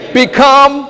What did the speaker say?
become